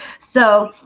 so,